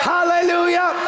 Hallelujah